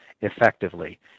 effectively